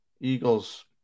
Eagles